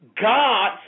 God